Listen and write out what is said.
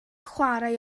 chwarae